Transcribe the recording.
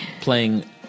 playing